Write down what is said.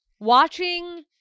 Watching